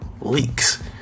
leaks